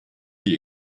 die